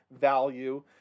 value